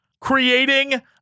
creating